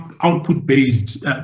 output-based